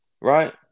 right